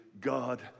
God